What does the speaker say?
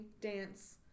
dance